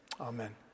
Amen